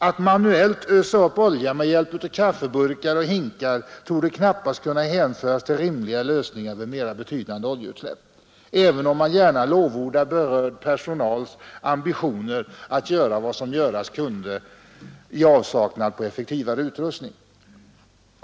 Att manuellt ösa upp olja med hjälp av kaffeburkar och hinkar torde knappast kunna hänföras till rimliga lösningar vid mera betydande oljeutsläpp, även om man gärna lovordar berörd personals ambitioner att göra vad som göras kunde i avsaknad av effektivare utrustning.